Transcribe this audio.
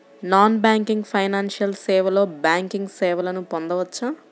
Non banking financial సేవలో banking సేవలను పొందవచ్చా?